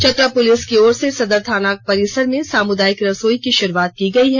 Chatra police की ओर से सदर थाना परिसर में सामुदायिक रसोई की शुरूआत की गयी है